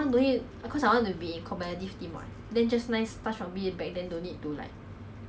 ya